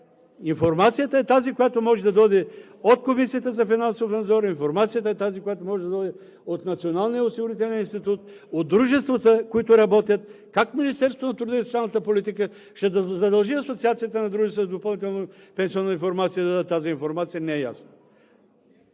Информацията е тази, която може да дойде от Комисията за финансов надзор, информацията е тази, която може да дойде от Националния осигурителен институт, от дружествата, които работят. Как Министерството на труда и социалната политика ще задължи Асоциацията на дружествата за допълнително пенсионно осигуряване да дадат тази информация – не е ясно?!